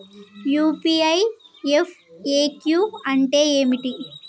UPI FAQ అంటే ఏమిటి?